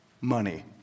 money